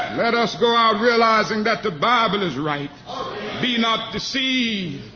let us go out realizing that the bible is right be not deceived.